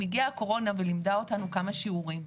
הגיעה הקורונה ולימדה אותנו כמה שיעורים.